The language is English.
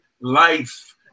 life